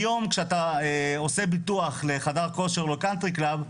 היום כשאתה עושה ביטוח לחדר כושר או קאונטרי קלאב,